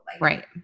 Right